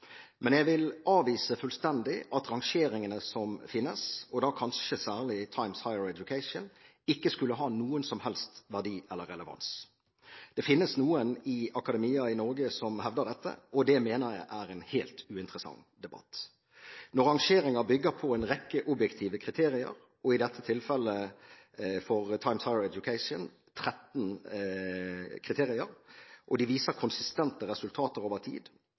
Men jeg vil avvise fullstendig at rangeringene som finnes, og da særlig Times Higher Education, ikke skulle ha noen som helst verdi eller relevans. Det finnes noen i akademia i Norge som hevder dette, og det mener jeg er en helt uinteressant debatt. Når rangeringer bygger på en rekke objektive kriterier, i dette tilfelle for Times Higher Education 13 kriterier, og de viser konsistente resultater over tid,